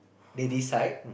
they decide